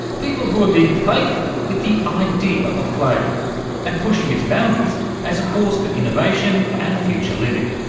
people who are being playful with the idea of play and pushing its boundaries as a force for innovation and future living.